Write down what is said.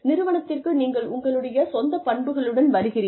நிறுவனத்திற்கு நீங்கள் உங்களுடைய சொந்த பண்புகளுடன் வருகிறீர்கள்